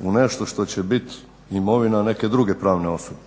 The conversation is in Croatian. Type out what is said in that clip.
u nešto što će bit imovina neke druge pravne osobe.